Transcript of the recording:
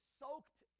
soaked